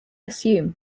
assume